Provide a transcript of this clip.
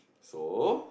so